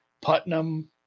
Putnam